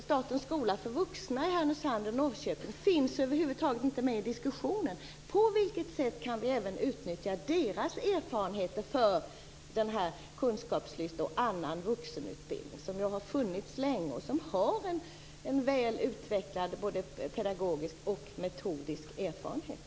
Statens skola för vuxna i Härnösand och i Norrköping finns över huvud taget inte med i diskussionen, och det är jag väl skyldig till själv. Men på vilket sätt kan även den skolans erfarenheter utnyttjas för kunskapslyftet och annan vuxenutbildning? Statens skola för vuxna har funnits länge och har en väl utvecklad både pedagogisk och metodisk erfarenhet.